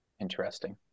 interesting